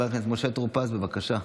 חבר הכנסת משה טור פז, בבקשה.